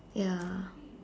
ya